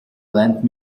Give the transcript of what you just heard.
lend